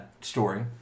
story